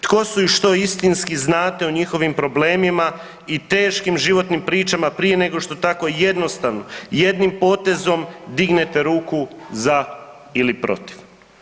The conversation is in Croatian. Tko su i što istinski znate o njihovim problemima i teškim životnim pričama prije nego što tako jednostavno, jednim potezom dignete ruku za ili protiv?